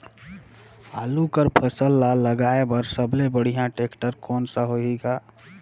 आलू कर फसल ल लगाय बर सबले बढ़िया टेक्टर कोन सा होही ग?